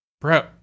Bro